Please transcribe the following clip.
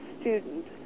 student